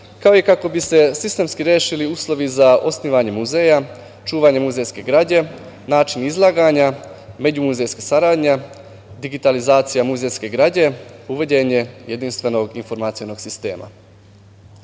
kao i kako bi se sistemski rešili uslovi za osnivanje muzeja, čuvanje muzejske građe, način izlaganja, međumuzejska saradnja, digitalizacija muzejske građe, uvođenje jedinstvenog informacionog sistema. Između